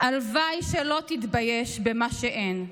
/ הלוואי שלא תתבייש / במה שאין,